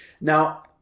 Now